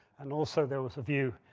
and also there was a view,